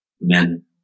men